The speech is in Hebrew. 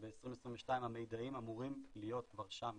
וב-2022 המידעים אמורים להיות כבר שם.